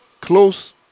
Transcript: close